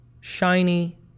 shiny